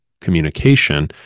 communication